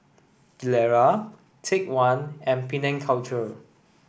Gilera Take One and Penang Culture